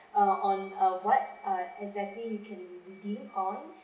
err on err what err exactly you can redeem on